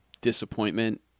disappointment